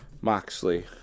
Moxley